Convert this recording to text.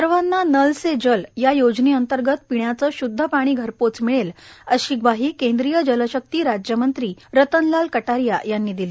सर्वांना नल से जल या योजनेअंतर्गत पिण्याचे शुध्द पाणी घरपोच मिळेल अशी ग्वाही केंद्रीय जलशक्ती राज्य मंत्री रतनलाल कटारिया यांनी दिली